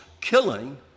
killing